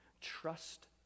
Trust